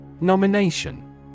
Nomination